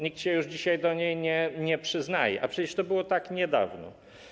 Nikt się już dzisiaj do niej nie przyznaje, a przecież to było tak niedawno.